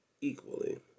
equally